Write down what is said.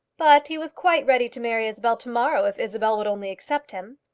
but he was quite ready to marry isabel to-morrow, if isabel would only accept him.